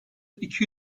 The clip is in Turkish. iki